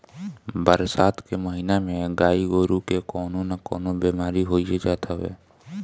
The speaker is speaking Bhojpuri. बरसात के महिना में गाई गोरु के कवनो ना कवनो बेमारी होइए जात हवे